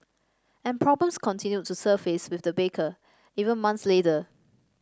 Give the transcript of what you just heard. and problems continued to surface with the baker even months later